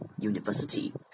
University